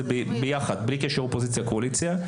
ביחד, בלי קשר אופוזיציה, קואליציה.